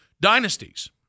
dynasties